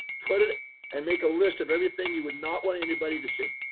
put it and make a list of everything you would not want anybody to see,